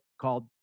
called